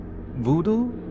voodoo